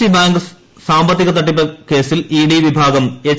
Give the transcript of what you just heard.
C bank സാമ്പത്തിക തട്ടിപ്പ് കേസിൽ ഇഡി വിഭാഗം എച്ച്